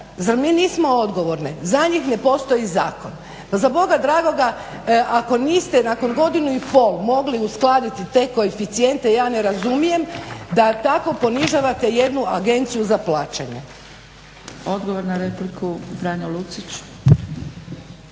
zar mi nismo odgovorne, za njih ne postoji zakon. Pa za Boga dragoga ako niste nakon godinu i pol mogli uskladiti te koeficijente, ja ne razumijem da tako ponižavate jednu agenciju za plaćanje. **Zgrebec, Dragica